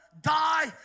die